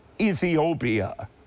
Ethiopia